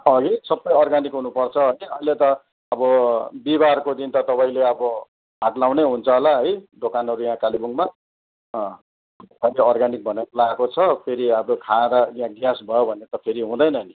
हगि सबै अर्ग्यानिक हुनुपर्छ अहिले त अब बिहिवारको दिन त तपाईँले अब हाट लाउनै हुन्छ होला है दोकानहरू यहाँ कालेबुङमा अहिले अर्ग्यानिक भनेर लगाएको छ फेरि अब खाएर यहाँ ग्यास भयो भने त फेरि हुँदैन नि